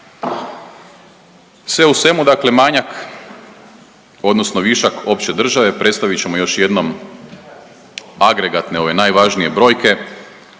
Sve u svemu dakle manjak odnosno višak opće države predstavit ćemo još jednom agregatne ove najvažnije brojke.